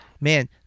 Man